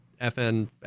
FN